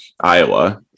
Iowa